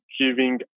giving